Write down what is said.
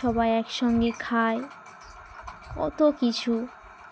সবাই একসঙ্গে খায় কতো কিছু